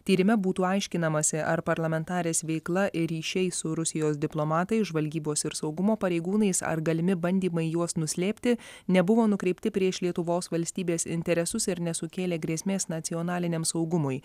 tyrime būtų aiškinamasi ar parlamentarės veikla ir ryšiai su rusijos diplomatais žvalgybos ir saugumo pareigūnais ar galimi bandymai juos nuslėpti nebuvo nukreipti prieš lietuvos valstybės interesus ir nesukėlė grėsmės nacionaliniam saugumui